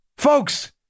Folks